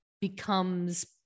becomes